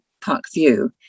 Parkview